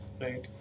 right